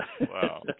Wow